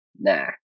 Nah